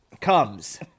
comes